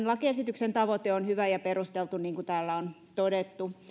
lakiesityksen tavoite on hyvä ja perusteltu niin kuin täällä on todettu